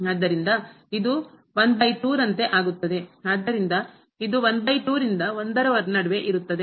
ಆದ್ದರಿಂದ ಇದು ರಂತೆ ಆಗುತ್ತದೆ ಆದ್ದರಿಂದ ಇದು ರಿಂದ 1ರ ನಡುವೆ ಇರುತ್ತದೆ